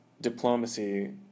diplomacy